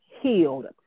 healed